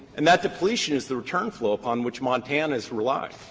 and that depletion is the return flow upon which montanans rely.